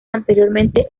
anteriormente